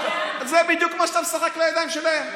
בזה בדיוק אתה משחק לידיים שלהם.